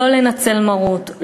לא לנצל מרות,